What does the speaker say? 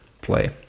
Play